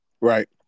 right